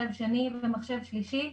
מחשב שני ומחשב שלישי,